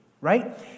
right